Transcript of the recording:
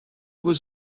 was